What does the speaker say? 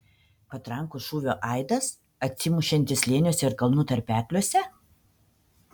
patrankos šūvio aidas atsimušantis slėniuose ir kalnų tarpekliuose